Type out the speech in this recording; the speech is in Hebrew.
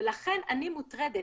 ולכן אני מוטרדת.